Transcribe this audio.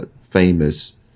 famous